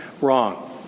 Wrong